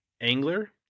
Angler